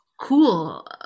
cool